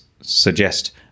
suggest